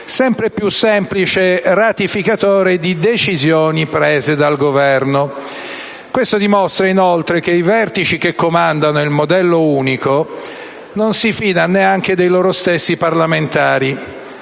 sempre più semplice ratificatore di decisioni prese dal Governo. Ciò dimostra, inoltre, che i vertici che comandano il modello unico non si fidano neanche dei loro stessi parlamentari,